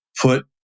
put